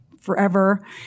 forever